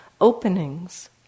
openings